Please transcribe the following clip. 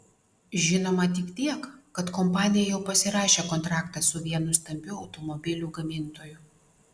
žinoma tik tiek kad kompanija jau pasirašė kontraktą su vienu stambiu automobilių gamintoju